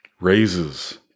Raises